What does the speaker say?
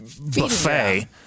buffet